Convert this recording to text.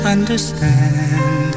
understand